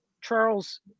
Charles